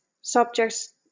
subjects